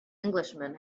englishman